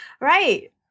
Right